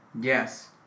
Yes